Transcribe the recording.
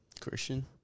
Christian